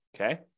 okay